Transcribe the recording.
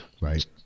right